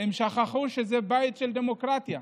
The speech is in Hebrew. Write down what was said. הם שכחו שזה בית של דמוקרטיה.